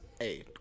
Hey